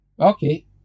Okay